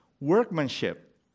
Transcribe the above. workmanship